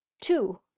two.